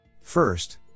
First